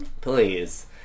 Please